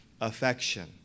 affection